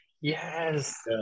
yes